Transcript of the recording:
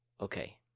Okay